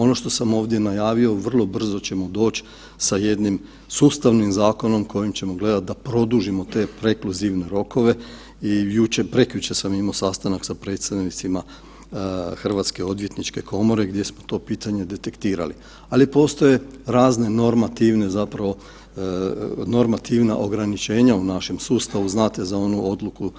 Ono što sam ovdje najavio, vrlo brzo ćemo doći sa jednim sustavnim zakonom kojim ćemo gledati da produžimo te prekluzivne rokove i jučer, prekjučer sam imao sastanak sa predstavnicima Hrvatske odvjetničke komore gdje smo to pitanje detektirali, ali postoje razne normativne zapravo, normativna ograničenja u našem sustavu, znate za onu odluku